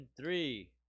three